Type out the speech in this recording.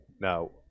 Now